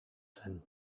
zen